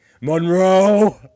monroe